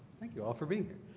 thank you all for being here